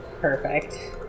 Perfect